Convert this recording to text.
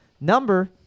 number